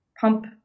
pump